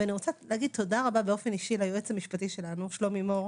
ואני רוצה להגיד תודה רבה באופן אישי ליועץ המשפטי שלנו שלומי מור,